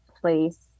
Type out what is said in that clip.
place